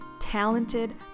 talented